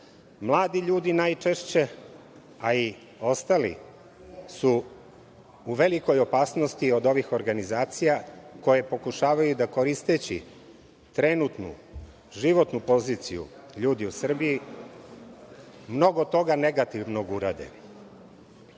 Mladi ljudi najčešće, a i ostali, su u velikoj opasnosti od ovih organizacija koje pokušavaju da koristeći trenutnu životnu poziciju ljudi u Srbiji, mnogo toga negativnog urade.